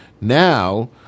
Now